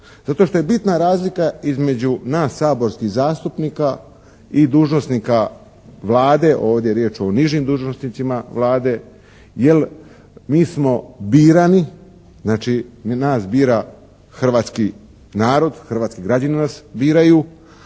Zato što je bitna razlika između nas saborskih zastupnika i dužnosnika Vlade, ovdje je riječ o nižim dužnosnicima Vlade, jer mi smo birani, znači nas bira hrvatski narod, hrvatski građani nas biraju.